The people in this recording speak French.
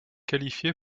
qualifié